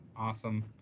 Awesome